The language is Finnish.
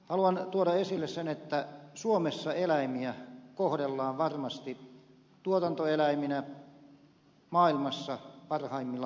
haluan tuoda esille sen että suomessa eläimiä kohdellaan varmasti tuotantoeläiminä maailmassa parhaimmilla mahdollisilla tavoilla